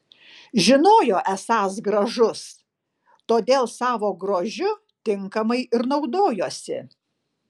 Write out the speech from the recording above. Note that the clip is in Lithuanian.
žinojo esąs gražus todėl savo grožiu tinkamai ir naudojosi